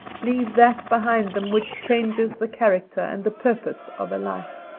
leave that behind them which changes the character and the purpose of a life.